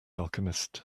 alchemist